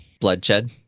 Bloodshed